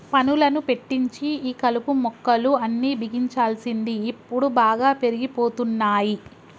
పనులను పెట్టించి ఈ కలుపు మొక్కలు అన్ని బిగించాల్సింది ఇప్పుడు బాగా పెరిగిపోతున్నాయి